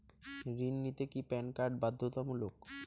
ঋণ নিতে কি প্যান কার্ড বাধ্যতামূলক?